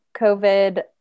COVID